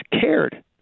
cared